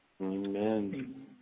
Amen